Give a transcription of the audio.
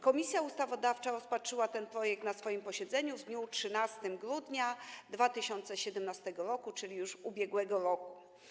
Komisja Ustawodawcza rozpatrzyła ten projekt na posiedzeniu w dniu 13 grudnia 2017 r., czyli już ubiegłego roku.